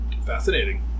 Fascinating